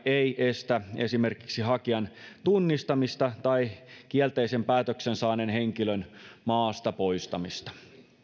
ei estä esimerkiksi hakijan tunnistamista tai kielteisen päätöksen saaneen henkilön maasta poistamista